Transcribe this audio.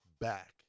back